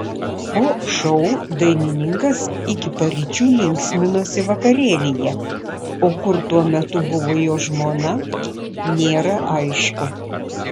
po šou dainininkas iki paryčių linksminosi vakarėlyje o kur tuo metu buvo jo žmona nėra aišku